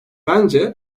bence